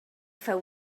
feu